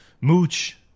Mooch